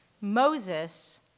Moses